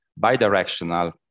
bidirectional